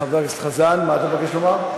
חבר הכנסת חזן, מה אתה מבקש לומר?